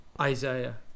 isaiah